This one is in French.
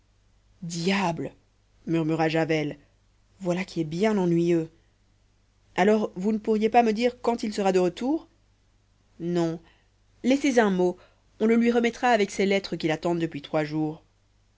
diable murmura javel voilà qui est bien ennuyeux alors vous ne pourriez pas me dire quand il sera de retour non laissez un mot on le lui remettra avec ses lettres qui l'attendent depuis trois jours